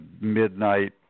midnight